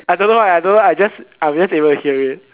I don't know I don't know I just able to hear it